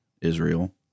Israel